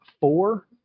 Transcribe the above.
four